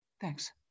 Thanks